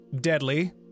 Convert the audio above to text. deadly